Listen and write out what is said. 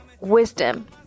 wisdom